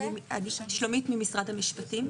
אני ממשרד המשפטים.